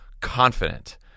confident